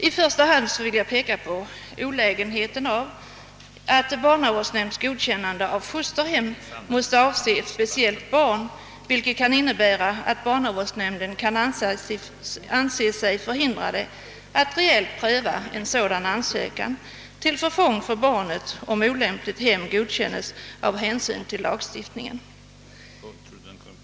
I första hand vill jag peka på olägenheten av att barnavårdsnämnds godkännande av fosterhem måste avse speciellt barn, vilket kan innebära att barnavårdsnämnd kan anse sig förhindrad att reellt pröva en ansökan med erbjudande om fosterhem, vilket är till förfång för barnet om olämpligt hem godkännes som en följd av lagens utformning.